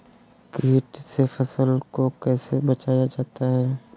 कीट से फसल को कैसे बचाया जाता हैं?